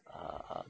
err